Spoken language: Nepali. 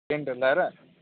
टेन्टहरू लाएर